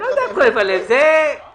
זו